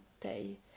day